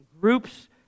groups